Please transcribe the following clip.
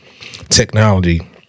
technology